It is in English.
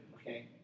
okay